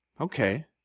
Okay